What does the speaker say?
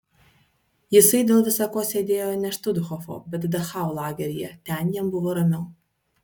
jisai dėl visa ko sėdėjo ne štuthofo bet dachau lageryje ten jam buvo ramiau